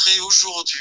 aujourd'hui